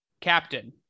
captain